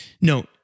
Note